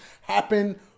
happen